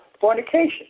fornication